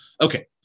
Okay